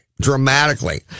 dramatically